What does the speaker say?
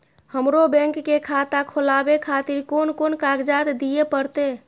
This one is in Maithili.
हमरो बैंक के खाता खोलाबे खातिर कोन कोन कागजात दीये परतें?